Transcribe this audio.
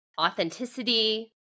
authenticity